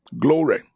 glory